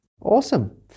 Awesome